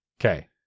okay